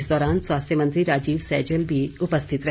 इस दौरान स्वास्थ्य मंत्री राजीव सैजल उपस्थित रहे